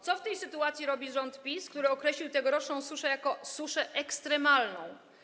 Co w tej sytuacji robi rząd PiS, który określił tegoroczną suszę jako suszę ekstremalną?